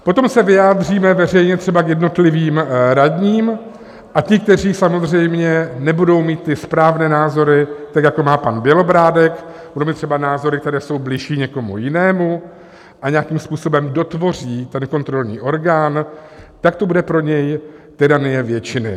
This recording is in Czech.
Potom se vyjádříme veřejně třeba k jednotlivým radním, a ti, kteří samozřejmě nebudou mít ty správné názory tak, jako má pan Bělobrádek budou mít třeba názory, které jsou bližší někomu jinému a nějakým způsobem dotvoří ten kontrolní orgán, tak to bude pro něj tyranie většiny.